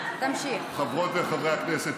חברות וחברי הכנסת,